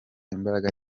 imbaraga